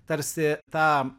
tarsi tą